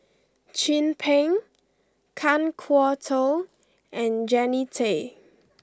Chin Peng Kan Kwok Toh and Jannie Tay